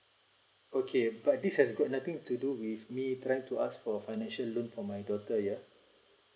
okay but this has got nothing to do with me trying to ask for financial loan for my daughter ya